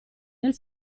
nel